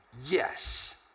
yes